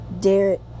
Derek